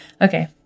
okay